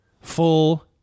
full